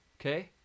okay